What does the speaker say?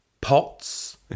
pots